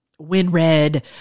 Winred